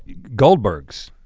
goldbergs.